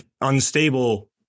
unstable